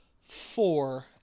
four